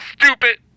stupid